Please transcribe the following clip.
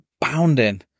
bounding